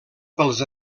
pels